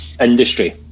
industry